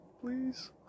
Please